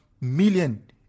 million